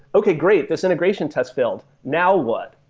okay, great. this integration test failed. now what?